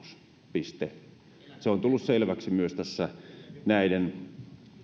piste se on tullut selväksi näiden